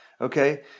Okay